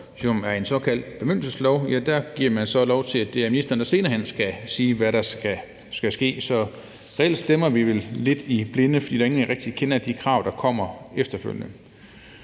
som er en såkaldt bemyndigelseslov, giver lov til, at det er ministeren, der senere hen skal sige, hvad der skal ske. Så reelt stemmer vi vel lidt i blinde, fordi der ikke rigtig er nogen, der kender de krav, der kommer efterfølgende.